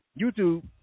YouTube